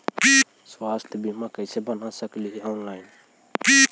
स्वास्थ्य बीमा कैसे बना सकली हे ऑनलाइन?